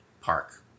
Park